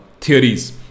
theories